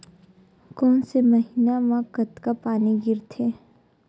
कोन से महीना म कतका पानी गिरथे?